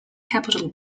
capitol